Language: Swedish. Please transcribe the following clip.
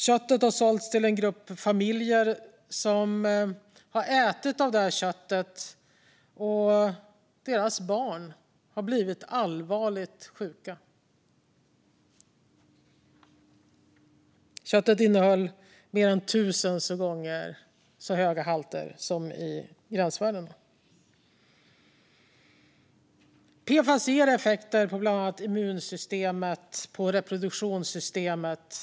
Köttet har sålts till en grupp familjer som har ätit av köttet. Deras barn har blivit allvarligt sjuka. Köttet innehöll halter som var mer än tusen gånger så höga som gränsvärdena. PFAS ger effekter på bland annat immunsystemet och reproduktionssystemet.